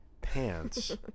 pants